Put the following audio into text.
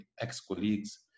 ex-colleagues